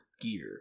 Gear